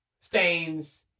stains